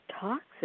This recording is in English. toxic